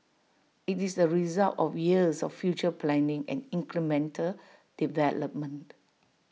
IT is the result of years of future planning and incremental development